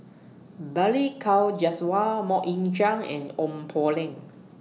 Balli Kaur Jaswal Mok Ying Jang and Ong Poh Lim